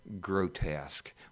grotesque